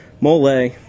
mole